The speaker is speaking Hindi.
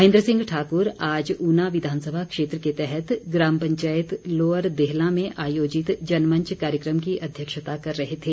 महेन्द्र सिंह ठाकुर आज ऊना विधानसभा क्षेत्र के तहत ग्राम पंचायत लोअर देहलां में आयोजित जनमंच कार्यक्रम की अध्यक्षता कर रहे थे